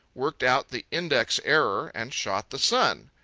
worked out the index error, and shot the sun.